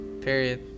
Period